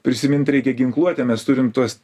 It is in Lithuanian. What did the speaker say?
prisimint reikia ginkluotę mes turim tuos